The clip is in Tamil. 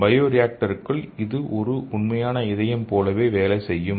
பயோரியாக்டருக்குள் இது ஒரு உண்மையான இதயம் போலவே வேலை செய்யும்